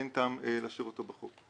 אין טעם להשאיר אותו בחוק.